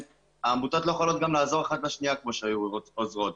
העמותות גם לא יכולות לעזור אחת לשנייה כמו שהיו עוזרות,